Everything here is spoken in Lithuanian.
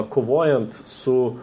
kovojant su